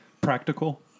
practical